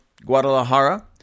Guadalajara